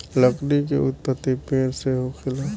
लकड़ी के उत्पति पेड़ से होखेला